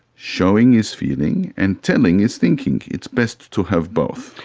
showing is feeling and telling is thinking. it's best to have both.